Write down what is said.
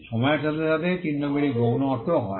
সময়ের সাথে সাথে চিহ্নগুলি গৌণ অর্থও পায়